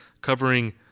covering